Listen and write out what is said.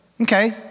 Okay